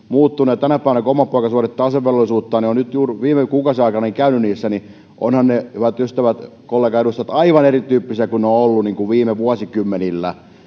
muuttuneet tänä päivänä oma poikani suorittaa asevelvollisuuttaan ja olen nyt juuri viime kuukausien aikana käynyt niissä ja ovathan ne hyvät ystävät kollegaedustajat aivan erityyppisiä kuin ne ovat olleet viime vuosikymmenillä